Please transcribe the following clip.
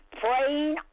praying